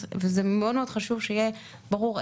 וזה מאוד מאוד חשוב שיהיה ברור,